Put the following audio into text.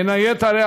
בין היתר,